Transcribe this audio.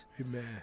Amen